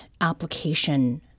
application